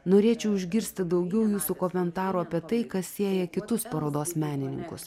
norėčiau išgirsti daugiau jūsų komentarų apie tai kas sieja kitus parodos menininkus